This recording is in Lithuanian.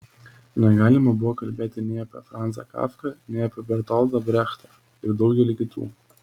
negalima buvo kalbėti nei apie franzą kafką nei apie bertoldą brechtą ir daugelį kitų